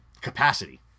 capacity